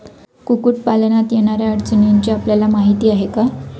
कुक्कुटपालनात येणाऱ्या अडचणींची आपल्याला माहिती आहे का?